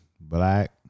black